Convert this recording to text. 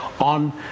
on